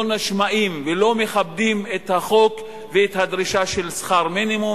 לא נשמעים ולא מכבדים את החוק ואת הדרישה של שכר מינימום,